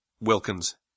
Wilkins